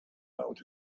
out